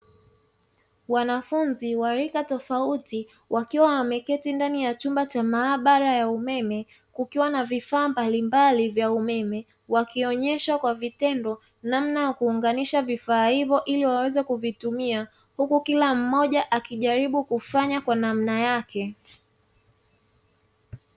Wanafunzi wa rika tofauti wakiwa wameketi ndani ya chumba cha maabaabara ya umeme kukiwa na vifaa mbalimbali vya umeme wakionyesha kwa vitendo namna ya kuunganisha vifaa hivyo ili waweze kuvitumia, huku kila mmoja akijaribu kufanya kwa namna yake.